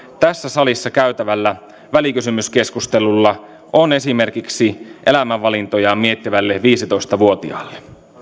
tässä salissa käytävällä välikysymyskeskustelulla on esimerkiksi elämänvalintojaan miettivälle viisitoista vuotiaalle